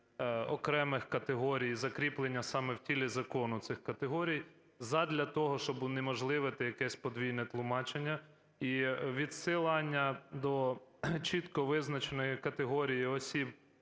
окремих категорій, закріплення саме в тілі закону цих категорій задля того, щоб унеможливити якесь подвійне тлумачення і відсилання до чітко визначеної категорії осіб,